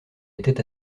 était